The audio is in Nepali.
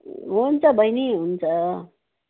हुन्छ बहिनी हुन्छ